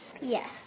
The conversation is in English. Yes